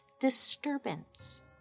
Disturbance